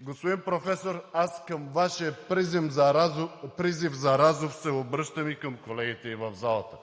Господин Професор, аз към Вашия призив за разум се обръщам и към колегите в залата!